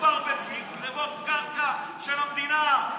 מדובר בגנבות קרקע של המדינה,